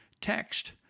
text